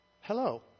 hello